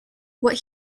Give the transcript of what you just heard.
what